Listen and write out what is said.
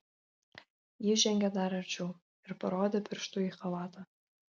ji žengė dar arčiau ir parodė pirštu į chalatą